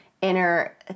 inner